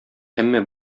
әмма